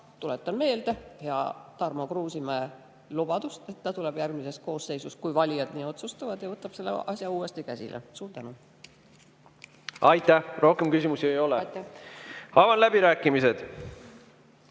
tuletan meelde hea Tarmo Kruusimäe lubadust, et ta järgmises koosseisus, kui valijad nii otsustavad, võtab selle asja uuesti käsile. Aitäh! Rohkem küsimusi ei ole. Aitäh! Avan läbirääkimised.